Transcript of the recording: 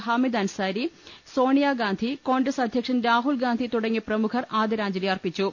ഹാമിദ് അൻസാരി സോണിയാഗാന്ധി കോൺഗ്രസ് അധ്യ ക്ഷൻ രാഹുൽ ഗാന്ധി തുടങ്ങി പ്രമുഖർ ആദരാജ്ഞലി അർപ്പി ച്ചു